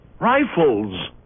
Rifles